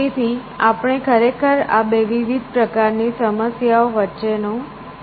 તેથી આપણે ખરેખર આ બે વિવિધ પ્રકારની સમસ્યાઓ વચ્ચેનો તફાવત પારખી શકીએ છીએ